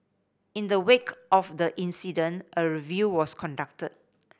in the wake of the incident a review was conducted